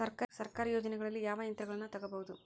ಸರ್ಕಾರಿ ಯೋಜನೆಗಳಲ್ಲಿ ಯಾವ ಯಂತ್ರಗಳನ್ನ ತಗಬಹುದು?